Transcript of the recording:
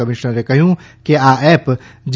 કમિશનરે કહયું છે કે આ એપ જી